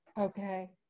Okay